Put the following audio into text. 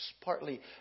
partly